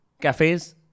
Cafes